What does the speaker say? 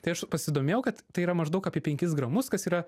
tai aš pasidomėjau kad tai yra maždaug apie penkis gramus kas yra